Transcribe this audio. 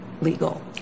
legal